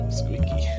squeaky